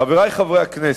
חברי חברי הכנסת,